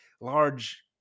large